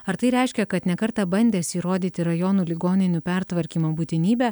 ar tai reiškia kad ne kartą bandęs įrodyti rajonų ligoninių pertvarkymo būtinybę